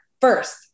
first